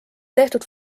tehtud